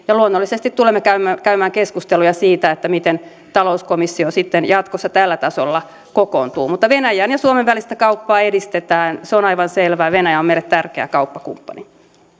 ja luonnollisesti tulemme käymään käymään keskusteluja siitä miten talouskomissio sitten jatkossa tällä tasolla kokoontuu mutta venäjän ja suomen välistä kauppaa edistetään se on aivan selvää venäjä on meille tärkeä kauppakumppani